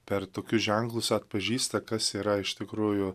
per tokius ženklus atpažįsta kas yra iš tikrųjų